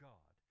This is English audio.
God